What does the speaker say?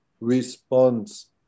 response